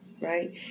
right